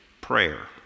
prayer